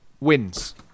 wins